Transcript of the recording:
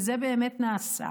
וזה באמת נעשה,